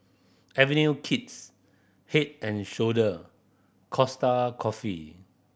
Avenue Kids Head and Shoulder Costa Coffee